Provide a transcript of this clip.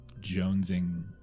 jonesing